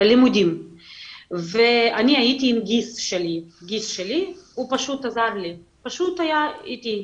ללימודים ואני הייתי עם גיסי הוא פשוט עזר לי והיה איתי,